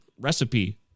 recipe